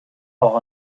auch